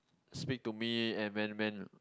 speak to me and when when